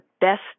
best